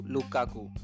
Lukaku